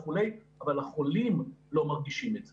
אבל החולים לא מרגישים את זה.